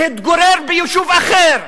להתגורר ביישוב אחר,